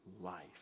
life